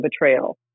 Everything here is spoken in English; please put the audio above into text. betrayal